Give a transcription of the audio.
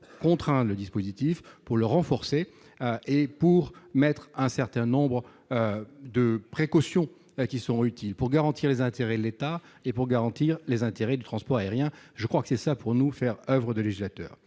contraindre le dispositif, pour le renforcer et y faire figurer un certain nombre de précautions qui seront utiles pour garantir les intérêts de l'État et ceux du transport aérien. Je crois que c'est cela, pour nous, faire oeuvre de législateur.